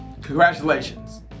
Congratulations